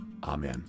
Amen